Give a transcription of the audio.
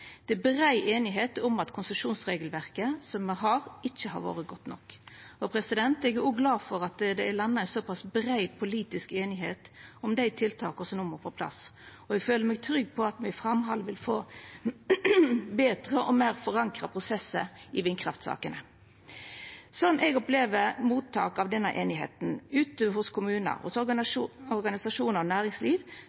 Det er brei einigheit om at konsesjonsregelverket som me har, ikkje har vore godt nok. Eg er òg glad for at det er landa ei såpass brei politisk einigheit om dei tiltaka som no må på plass. Eg føler meg trygg på at me i framhaldet vil få betre og meir forankra prosessar i vindkraftsakene. Slik eg opplever mottak av denne einigheita ute hjå kommunar, organisasjonar og